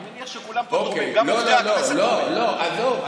אני מניח שכולם פה, גם, לא, לא, עזוב.